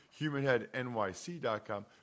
humanheadnyc.com